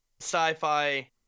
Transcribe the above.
sci-fi